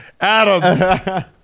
Adam